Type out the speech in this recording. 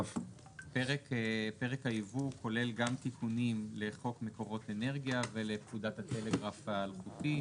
פרק היבוא כולל גם תיקונים לחוק מקורות אנרגיה ולפקודת הטלגרף האלחוטי.